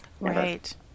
Right